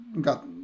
got